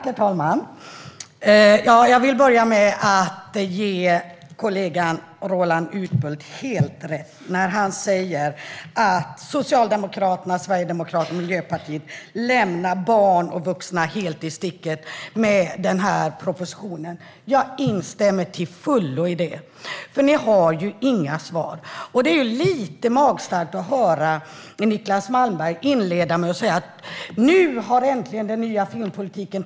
Herr talman! Jag vill börja med att ge kollegan Roland Utbult helt rätt när han säger att Socialdemokraterna, Sverigedemokraterna och Miljöpartiet lämnar barn och vuxna i sticket med denna proposition. Jag instämmer till fullo i detta - ni har ju inga svar! Det är lite magstarkt att höra Niclas Malmberg inleda med att säga att den nya filmpolitiken nu äntligen har trätt i kraft.